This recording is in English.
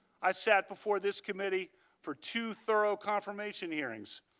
i said before this committee for two thorough confirmation hearings.